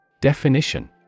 Definition